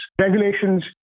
regulations